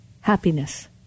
happiness